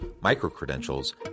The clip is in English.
micro-credentials